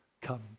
come